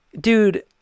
dude